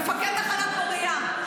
מפקד תחנת מוריה,